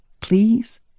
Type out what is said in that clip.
Please